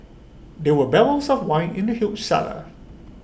there were barrels of wine in the huge cellar